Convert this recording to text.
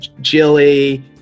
Jilly